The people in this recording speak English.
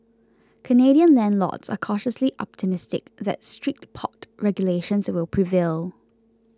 Canadian landlords are cautiously optimistic that strict pot regulations will prevail